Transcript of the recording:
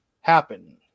happen